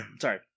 sorry